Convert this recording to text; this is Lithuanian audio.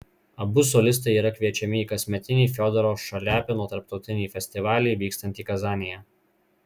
abu solistai yra kviečiami į kasmetinį fiodoro šaliapino tarptautinį festivalį vykstantį kazanėje